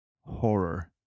horror